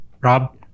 Rob